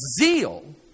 zeal